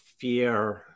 fear